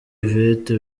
yvette